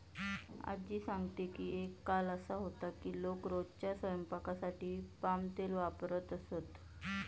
आज्जी सांगते की एक काळ असा होता की लोक रोजच्या स्वयंपाकासाठी पाम तेल वापरत असत